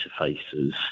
interfaces